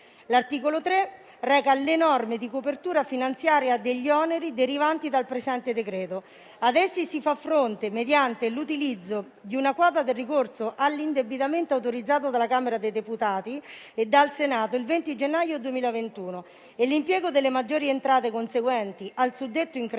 L'articolo 3 reca le norme di copertura finanziaria degli oneri derivanti dal presente decreto-legge. Ad esse si fa fronte mediante l'utilizzo di una quota del ricorso all'indebitamento autorizzato dalla Camera dei deputati e dal Senato il 20 gennaio 2021 e l'impiego delle maggiori entrate conseguenti al suddetto incremento